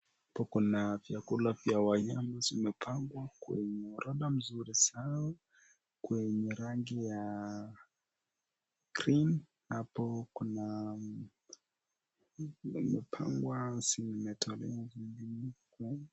Hapo kuna vyakula vya wanyama zimepangwa kwenye orodha nzuri sana, kwenye rangi ya green hapo kuna zimepangwa zimetolewa ingine kwa...